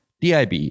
dib